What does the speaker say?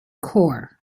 core